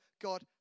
God